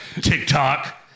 TikTok